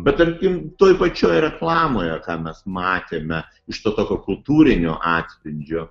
bet tarkim toj pačioj reklamoje ką mes matėme iš to tokio kultūrinio atspindžio